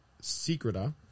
secreta